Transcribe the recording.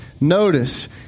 Notice